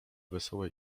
wesołe